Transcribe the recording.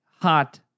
hot